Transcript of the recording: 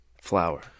flower